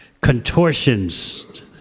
contortions